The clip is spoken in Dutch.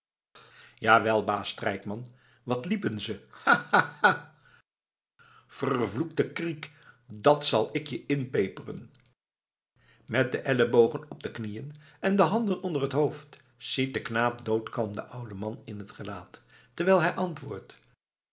jawel baas strijkman wat liepen ze ha ha ha vervloekte kriek dat zal ik je inpeperen met de ellebogen op de knieën en de handen onder het hoofd ziet de knaap doodkalm den ouden man in t gelaat terwijl hij antwoordt